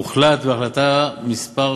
הוחלט בהחלטה מס'